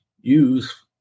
use